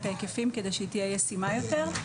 ההיקפים כדי שהיא תהיה ישימה יותר.